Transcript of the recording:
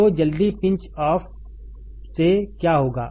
तो जल्दी pinch off से क्या होगा